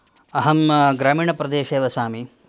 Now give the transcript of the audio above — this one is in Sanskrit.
अहं ग्रामीणप्रदेशे वसामि